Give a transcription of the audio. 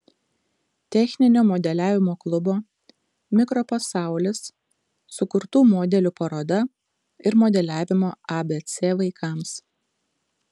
techninio modeliavimo klubo mikropasaulis sukurtų modelių paroda ir modeliavimo abc vaikams